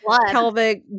pelvic